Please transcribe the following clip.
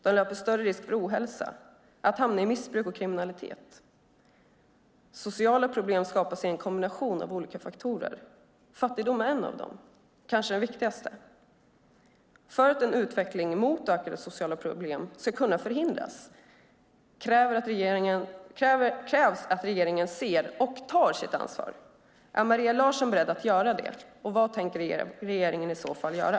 De löper större risk för ohälsa och att hamna i missbruk och kriminalitet. Sociala problem skapas i en kombination av olika faktorer. Fattigdom är en av dem, kanske den viktigaste. För att en utveckling mot ökade sociala problem ska kunna förhindras krävs att regeringen ser och tar sitt ansvar. Är Maria Larsson beredd att göra det? Vad tänker regeringen i så fall göra?